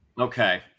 Okay